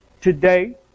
today